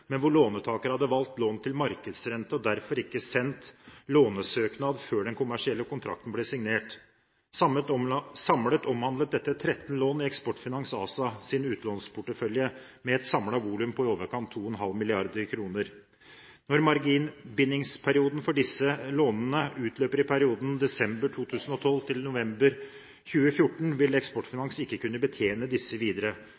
men hvor låntaker hadde valgt lån til markedsrente og derfor ikke sendt lånesøknad før den kommersielle kontrakten ble signert. Samlet omhandlet dette 13 lån i Eksportfinans ASAs utlånsportefølje med et samlet volum på i overkant av 2,5 mrd. kr. Når marginbindingsperioden for disse lånene utløper i perioden desember 2012–november 2014, vil